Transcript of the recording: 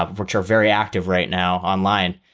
ah which are very active right now online,